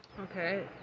Okay